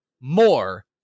more